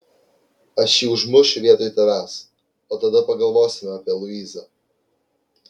aš jį užmušiu vietoj tavęs o tada pagalvosime apie luizą